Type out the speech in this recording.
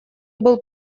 был